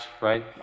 right